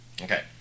Okay